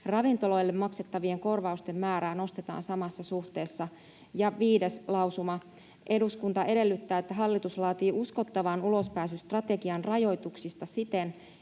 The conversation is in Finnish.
ravintoloille maksettavien korvausten määrää nostetaan samassa suhteessa.” Ja viides lausuma: ”Eduskunta edellyttää, että hallitus laatii uskottavan ulospääsystrategian rajoituksista siten,